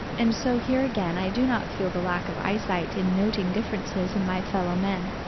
and so here again i do not feel the lack of eyesight in noting differences in my fellow men.